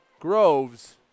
Groves